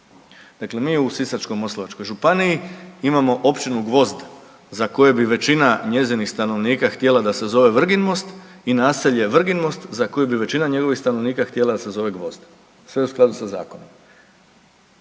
mi u Sisačko-moslavačkoj županiji imamo općinu Gvozd za koju bi većina njezinih stanovnika htjela da se zove Vrginmost i naselje Vrginmost za koje bi većina njegovih stanovnika htjela da se zove Gvozd, sve u skladu sa zakonom.